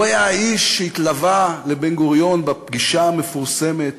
הוא היה האיש שהתלווה לבן-גוריון בפגישה המפורסמת